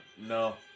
No